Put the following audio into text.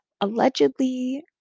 allegedly